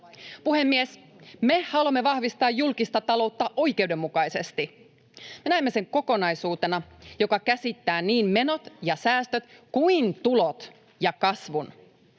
Puhemies! Me haluamme vahvistaa julkista taloutta oikeudenmukaisesti. Me näemme sen kokonaisuutena, joka käsittää niin menot ja säästöt kuin tulot ja kasvun.